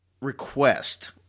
request